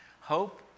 hope